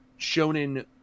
Shonen